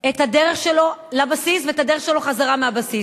הדרך שלו לבסיס ועל הדרך שלו חזרה מהבסיס.